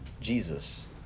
Jesus